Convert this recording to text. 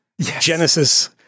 Genesis